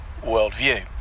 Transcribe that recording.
worldview